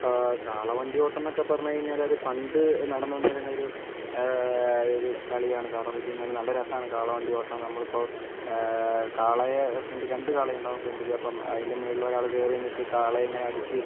ഇപ്പോൾ കാളവണ്ടിയോട്ടം എന്നൊക്കെ പറഞ്ഞു കഴിഞ്ഞാൽ അത് പണ്ട് നടന്നുവന്നിരുന്നൊരു അതൊരു കളിയാണ് കാരണം എന്താണ് വെച്ചു കഴിഞ്ഞാൽ നല്ല രസമാണ് കാളവണ്ടിയോട്ടം നമ്മളിപ്പോൾ കാളയെ ഫ്രണ്ടിൽ രണ്ട് കാളയുണ്ടാവും ഫ്രണ്ടിൽ അപ്പം അതിന്റെ മുകളിൽ ഒരാൾ കയറി നിന്നിട്ട് കാളയെ ഇങ്ങനെ അടിച്ച്